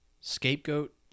scapegoat